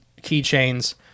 keychains